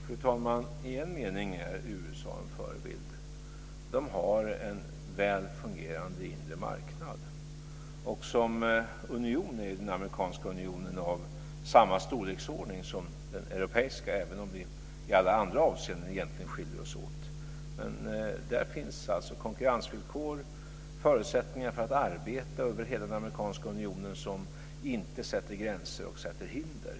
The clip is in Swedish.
Fru talman! I en mening är USA en förebild. Man har en väl fungerande inre marknad. Som union är den amerikanska unionen av samma storleksordning som den europeiska, även om vi i alla andra avseenden egentligen skiljer oss åt. Där finns konkurrensvillkor och förutsättningar för att arbeta över hela den amerikanska unionen som inte sätter gränser och hinder.